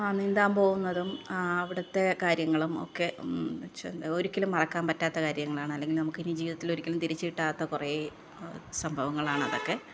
ആ നീന്താൻ പോകുന്നതും ആ അവിടുത്തെ കാര്യങ്ങളും ഒക്കെ ഒരിക്കലും മറക്കാൻ പറ്റാത്ത കാര്യങ്ങളാണ് അല്ലെങ്കിൽ നമുക്കിനി ജീവിതത്തിലൊരിക്കലും തിരിച്ചു കിട്ടാത്ത കുറെ സംഭവങ്ങളാണതൊക്കെ